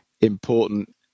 important